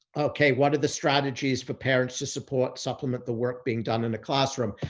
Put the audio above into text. okay. what are the strategies for parents to support supplement the work being done in the classroom?